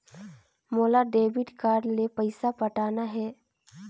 मोला debit card ले पइसा पटाना हे?